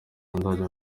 nzajya